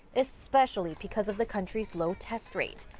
especially because of the country's low test rate.